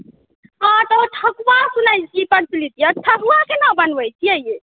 हँ तऽ ठकुआ सुनै छी तऽ ठकुआ केना बनबै छियै ये